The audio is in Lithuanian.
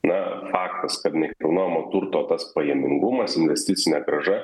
na faktas kad nekilnojamo turto tas pajamingumas investicinė grąža